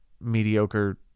mediocre